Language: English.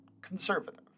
conservative